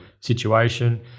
situation